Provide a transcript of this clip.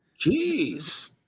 jeez